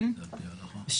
רבנים,